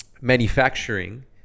manufacturing